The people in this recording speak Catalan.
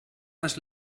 les